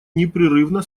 непрерывно